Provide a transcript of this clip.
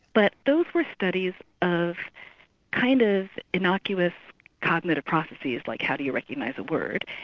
but those were studies of kind of innocuous cognitive processes like, how do you recognise a word?